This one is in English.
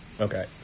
Okay